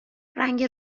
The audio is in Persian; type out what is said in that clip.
رنگ